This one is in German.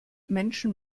menschen